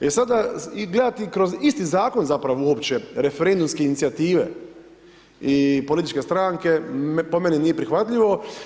E sada, gledati kroz isti Zakon zapravo uopće referendumske inicijative i političke stranke, po meni nije prihvatljivo.